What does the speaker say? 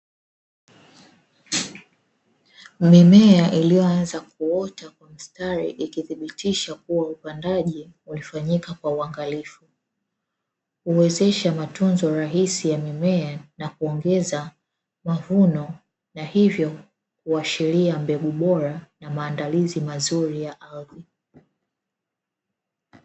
Mimea iliyoanza kuota kwa mstari ikithibitisha kuwa upandaji ulifanyika kwa uangalifu. Huwezesha matunzo rahisi ya mimea na kuongeza mavuno, na hivyo kuashiria mbegu bora na maandalizi mazuri ya ardhi.